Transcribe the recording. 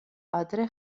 ადრე